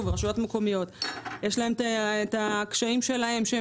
לרשויות המקומיות יש את הקשיים שלהן שהן